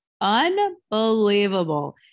Unbelievable